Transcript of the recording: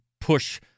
push